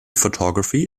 photography